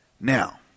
Now